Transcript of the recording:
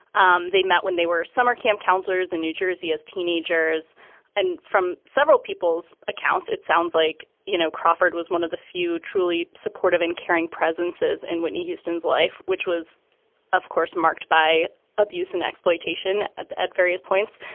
um they met when they were summer camp counselors in new jersey as teenagers and from several people's accounts. it sounds like you know crawford was one of the few truly supportive and caring presences in whitney houston's life which was of course marked by abuse and exploitation at at various points.